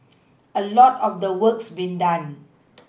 a lot of the work's been done